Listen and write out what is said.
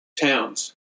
towns